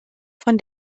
von